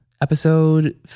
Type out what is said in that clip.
episode